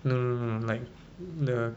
no no no like the